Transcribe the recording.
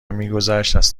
میگذشت، از